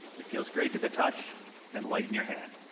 it feels great to the touch and light in your hand.